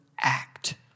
act